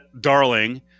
darling